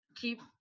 keep